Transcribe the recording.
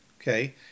Okay